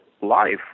life